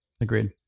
agreed